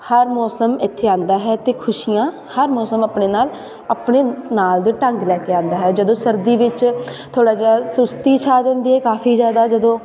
ਹਰ ਮੌਸਮ ਇੱਥੇ ਆਉਂਦਾ ਹੈ ਅਤੇ ਖੁਸ਼ੀਆਂ ਹਰ ਮੌਸਮ ਆਪਣੇ ਨਾਲ ਆਪਣੇ ਨਾਲ ਦੇ ਢੰਗ ਲੈ ਕੇ ਆਉਂਦਾ ਹੈ ਜਦੋਂ ਸਰਦੀ ਵਿੱਚ ਥੋੜ੍ਹਾ ਜਿਹਾ ਸੁਸਤੀ ਛਾ ਜਾਂਦੀ ਹੈ ਕਾਫ਼ੀ ਜ਼ਿਆਦਾ ਜਦੋਂ